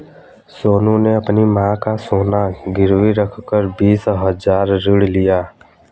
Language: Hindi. सोनू ने अपनी मां का सोना गिरवी रखकर बीस हजार ऋण लिया